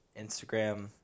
Instagram